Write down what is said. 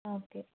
okay